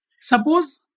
Suppose